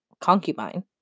Concubine